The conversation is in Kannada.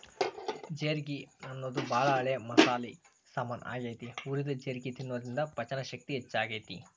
ಜೇರ್ಗಿ ಅನ್ನೋದು ಬಾಳ ಹಳೆ ಮಸಾಲಿ ಸಾಮಾನ್ ಆಗೇತಿ, ಹುರಿದ ಜೇರ್ಗಿ ತಿನ್ನೋದ್ರಿಂದ ಪಚನಶಕ್ತಿ ಹೆಚ್ಚಾಗ್ತೇತಿ